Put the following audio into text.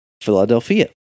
Philadelphia